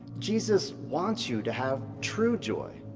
jesus wants you to have true joy.